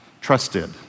trusted